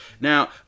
Now